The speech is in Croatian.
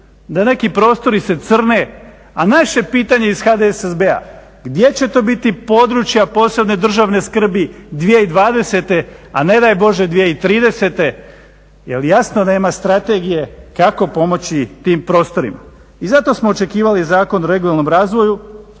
da neki prostori se crne a naše pitanje iz HDSSB-a gdje će to biti područja od posebne državne skrbi 2020. a ne daj Bože '2030. jer jasno nema strategije kako pomoći tim prostorima. I zato smo očekivali Zakon o regionalnom razvoju